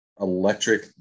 electric